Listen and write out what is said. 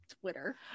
Twitter